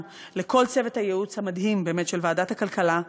לכל צוות הייעוץ המדהים של ועדת הכלכלה,